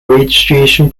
registration